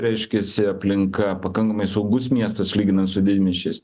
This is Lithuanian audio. reiškiasi aplinka pakankamai saugus miestas lyginant su didmiesčiais